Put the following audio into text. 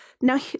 now